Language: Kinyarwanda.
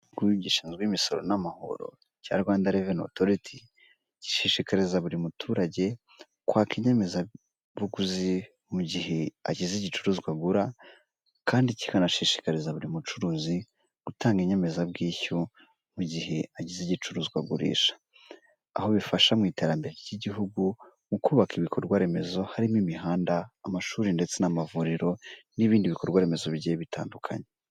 Ikigo gishinzwe imisoro n'amahoro cya rwanda revenu otoriti gishishikariza buri muturage kwaka inyemezabuguzi mu gihe agize igicuruzwa agura kandi kikanashishikariza buri mucuruzi gutanga inyemezabwishyu mu gihe agize igicuruzwa agurisha, aho bifasha mu iterambere ry'igihugu mu kubaka ibikorwa remezo harimo imihanda, amashuri ndetse n'amavuriro n'ibindi bikorwaremezo bigiye bitandukanye.